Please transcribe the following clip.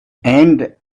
and